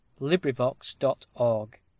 LibriVox.org